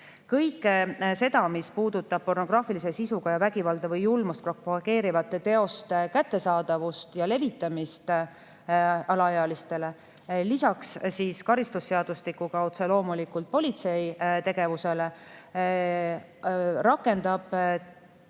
Kõike seda, mis puudutab pornograafilise sisuga ja vägivalda või julmust propageerivate teoste kättesaadavust ja levitamist alaealistele, lisaks otse loomulikult karistusseadustiku alusel politsei tegevusele, rakendab